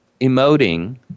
emoting